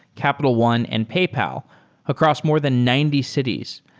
capital one and paypal across more than ninety cities.